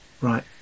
Right